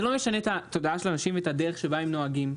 זה לא משנה את התודעה של האנשים ואת הדרך שבה הם נוהגים.